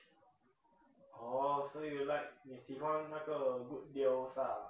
oh so you like 你喜欢那个 good deals ah